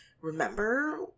remember